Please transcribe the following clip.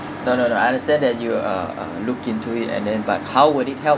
no no no I understand that you uh uh look into it and then but how would it help